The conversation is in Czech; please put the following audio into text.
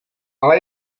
ale